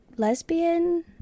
lesbian